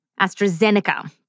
AstraZeneca